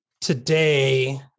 today